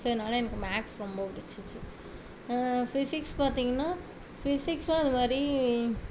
so அதனால் எனக்கு maths ரொம்ப பிடிச்சிச்சி ஃபிசிக்ஸ் பார்த்தீங்கன்னா ஃபிசிக்ஸும் அது மாதிரி